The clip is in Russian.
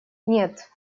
нет